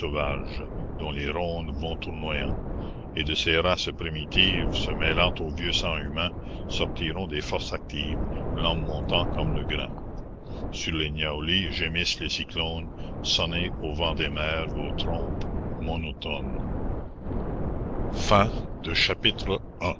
dont les rondes vont tournoyant et de ces races primitives se mêlant au vieux sang humain sortiront des forces actives l'homme montant comme le grain sur les niaoulis gémissent les cyclones sonnez ô vents des mers vos trompes monotones